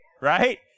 right